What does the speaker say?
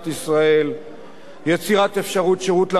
יצירת אפשרות שירות למדינה בהתחשב באופי